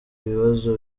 by’ibibazo